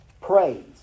Praise